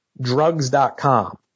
drugs.com